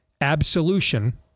absolution